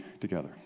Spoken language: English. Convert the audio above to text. together